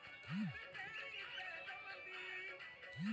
compost মালে হচ্যে এক চাষের জন্হে ধরলের জৈব সার